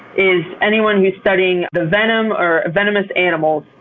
is anyone who's studying the venom or venomous animals,